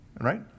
Right